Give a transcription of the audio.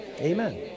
Amen